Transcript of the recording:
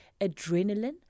adrenaline